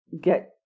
Get